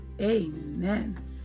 amen